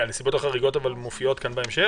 הנסיבות החריגות מופיעות כאן בהמשך?